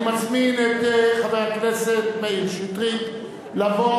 אני מזמין את חבר הכנסת מאיר שטרית לבוא